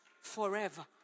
forever